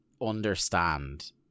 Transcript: understand